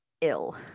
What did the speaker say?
ill